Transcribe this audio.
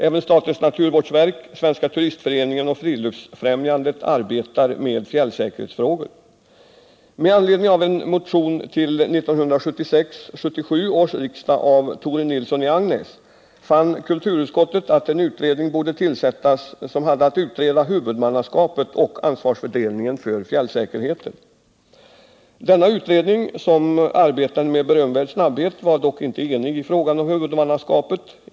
Även statens naturvårdsverk, Svenska turistföreningen och Friluftsfrämjandet arbetar med fjällsäkerhetsfrågor. Med anledning av en motion till 1976/77 års riksmöte av Tore Nilsson i Agnäs fann kulturutskottet att en utredning borde tillsättas som hade att utreda huvudmannaskapet och ansvarsfördelningen för fjällsäkerheten. Denna utredning, som arbetade med berömvärd snabbhet, var dock inte enig i fråga om huvudmannaskapet.